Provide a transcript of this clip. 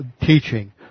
teaching